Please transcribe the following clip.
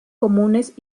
comunes